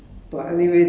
ya